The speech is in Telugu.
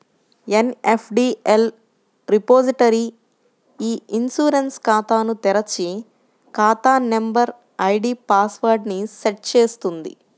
ఎన్.ఎస్.డి.ఎల్ రిపోజిటరీ ఇ ఇన్సూరెన్స్ ఖాతాను తెరిచి, ఖాతా నంబర్, ఐడీ పాస్ వర్డ్ ని సెట్ చేస్తుంది